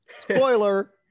spoiler